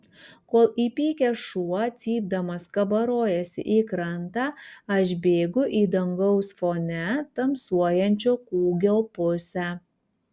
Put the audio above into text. kol įpykęs šuo cypdamas kabarojasi į krantą aš bėgu į dangaus fone tamsuojančio kūgio pusę